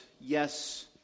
yes